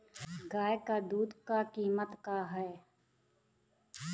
गाय क दूध क कीमत का हैं?